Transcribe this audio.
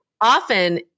often